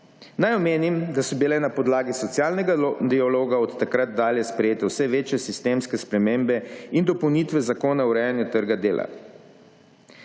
Naj omenim, da so bile na podlagi socialnega dialoga od takrat dalje sprejete vse večje sistemske spremembe in dopolnitve zakona o urejanju trga dela.